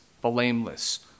blameless